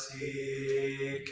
a